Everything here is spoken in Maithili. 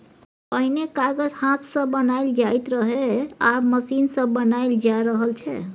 पहिने कागत हाथ सँ बनाएल जाइत रहय आब मशीन सँ बनाएल जा रहल छै